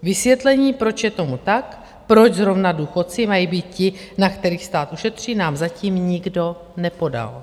Vysvětlení, proč je tomu tak, proč zrovna důchodci mají být ti, na kterých stát ušetří, nám zatím nikdo nepodal.